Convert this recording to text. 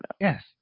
Yes